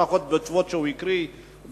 לפחות ככה משתמע מהתשובות שהוא הקריא בוועדה.